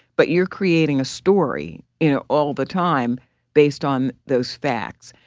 but you're creating a story, you know, all the time based on those facts.